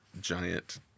giant